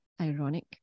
ironic